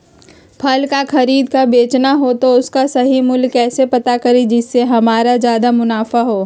फल का खरीद का बेचना हो तो उसका सही मूल्य कैसे पता करें जिससे हमारा ज्याद मुनाफा हो?